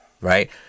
right